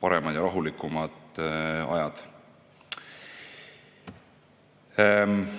paremad ja rahulikumad ajad. Üks